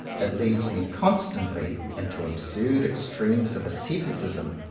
it leads me constantly into absurd extremes of asceticism.